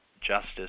justice